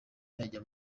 yajya